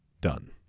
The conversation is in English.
done